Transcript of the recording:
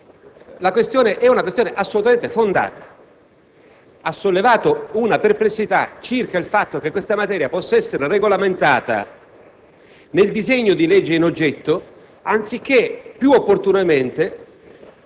la questione sia assolutamente fondata; ha manifestato però una perplessità circa il fatto che la materia possa essere regolamentata nel disegno di legge in oggetto, anziché, più opportunamente,